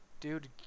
Dude